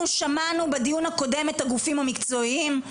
אנחנו שמענו בדיון הקודם את הגופים המקצועיים,